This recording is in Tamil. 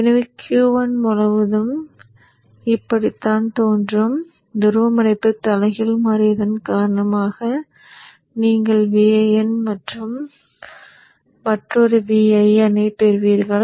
எனவே Q1 முழுவதும் தோன்றும் துருவமுனைப்பு தலைகீழாக மாறியதன் காரணமாக நீங்கள் Vin மற்றும் மற்றொரு Vinஐ பெற்றுள்ளீர்கள்